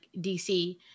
DC